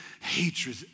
hatred